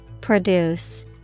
Produce